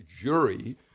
jury